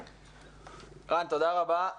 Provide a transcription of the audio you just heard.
רן, תודה רבה.